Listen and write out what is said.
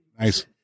nice